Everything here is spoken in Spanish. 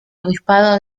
obispado